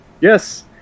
Yes